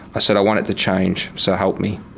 i said i want it to change, so help me.